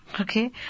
Okay